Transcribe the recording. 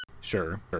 sure